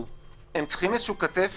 הם צריכים איזושהי כתף